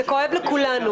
זה כואב לכולנו.